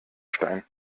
stein